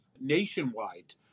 nationwide